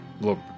look